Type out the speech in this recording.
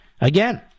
again